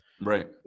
right